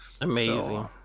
Amazing